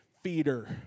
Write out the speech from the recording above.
feeder